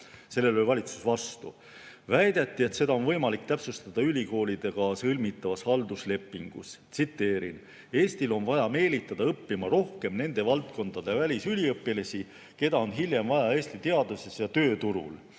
Sellele oli valitsus vastu. Väideti, et seda on võimalik täpsustada ülikoolidega sõlmitavates halduslepingutes. Tsiteerin: "Eestil on vaja meelitada õppima rohkem nende valdkondade välisüliõpilasi, keda on hiljem vaja Eesti teaduses ja tööturul